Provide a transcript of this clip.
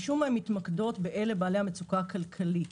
משום מה הן מתמקדות באנשים שנמצאים במצוקה כלכלית